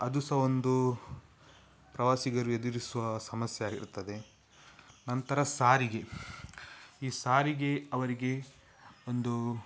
ಅದು ಸಹ ಒಂದು ಪ್ರವಾಸಿಗರು ಎದುರಿಸುವ ಸಮಸ್ಯೆಯಾಗಿರುತ್ತದೆ ನಂತರ ಸಾರಿಗೆ ಈ ಸಾರಿಗೆ ಅವರಿಗೆ ಒಂದು